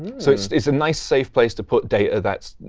so it's it's a nice safe place to put data that's